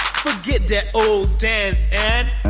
that old dance and